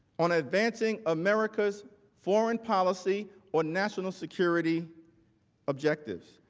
on advancing america's foreign policy or national security objectives.